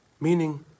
Meaning